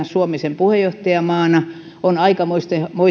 suomi sen puheenjohtajamaana on tänä päivänä aikamoisten